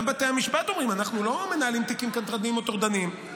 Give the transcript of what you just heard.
גם בתי המשפט אומרים: אנחנו לא מנהלים תיקים קנטרניים או טורדניים.